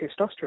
testosterone